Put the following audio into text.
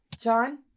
John